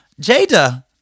Jada